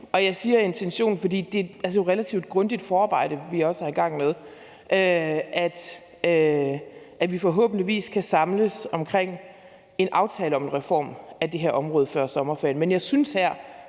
jeg siger intention, fordi det jo er et relativt grundigt forarbejde, vi også er i gang med – at vi forhåbentligvis kan samles omkring en aftale om en reform af det her område før sommerferien,